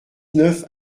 neuf